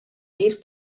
eir